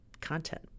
content